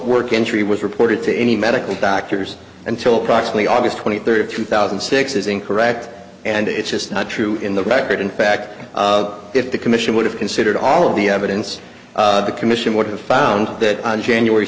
work injury was reported to any medical doctors until approximately august twenty third two thousand and six is incorrect and it's just not true in the record in fact if the commission would have considered all of the evidence the commission would have found that on january